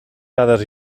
dades